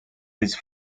his